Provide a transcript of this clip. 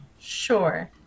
Sure